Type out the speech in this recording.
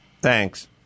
Thanks